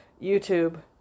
YouTube